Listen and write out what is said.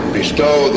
bestow